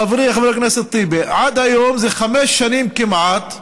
חברי חבר הכנסת טיבי, עד היום, זה חמש שנים כמעט,